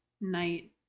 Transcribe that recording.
night